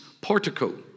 portico